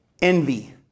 envy